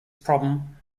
problem